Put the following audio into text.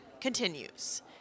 continues